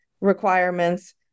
requirements